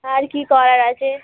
আর কী করার আছে